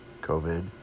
COVID